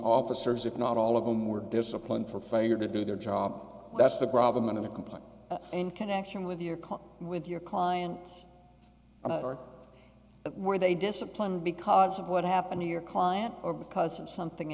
officers if not all of them were disciplined for failure to do their job that's the problem and in the complaint in connection with your call with your clients or where they discipline because of what happened to your client or because of something